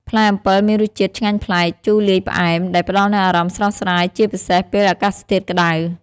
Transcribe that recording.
ផ្លែអំពិលមានរសជាតិឆ្ងាញ់ប្លែក ជូរលាយផ្អែម ដែលផ្តល់នូវអារម្មណ៍ស្រស់ស្រាយជាពិសេសពេលអាកាសធាតុក្តៅ។